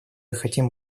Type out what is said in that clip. хотим